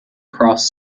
cross